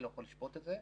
אני לא יכול לשפוט את זה,